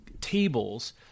tables